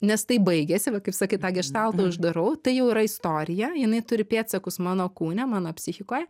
nes tai baigėsi va kaip sakei tą geštaltą uždarau tai jau yra istorija jinai turi pėdsakus mano kūne mano psichikoj